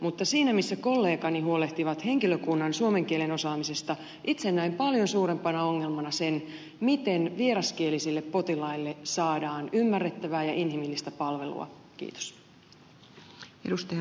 mutta siinä missä kollegani huolehtivat henkilökunnan suomen kielen osaamisesta itse näen paljon suurempana ongelmana sen miten vieraskielisille potilaille saadaan ymmärrettävää ja inhimillistä palvelua